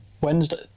Wednesday